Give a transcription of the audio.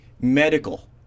medical